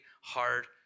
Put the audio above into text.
hard